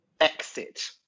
exit